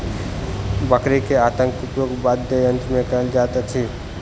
बकरी के आंतक उपयोग वाद्ययंत्र मे कयल जाइत अछि